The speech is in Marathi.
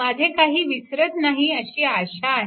माझे काही विसरत नाही अशी आशा आहे